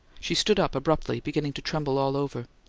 she stood up, abruptly, beginning to tremble all over.